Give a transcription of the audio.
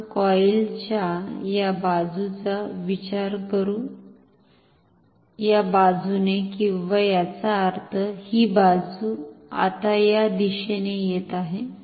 आपण कॉईलच्या या बाजूचा विचार करू या बाजूने किंवा याचा अर्थ ही बाजू आता या दिशेने येत आहे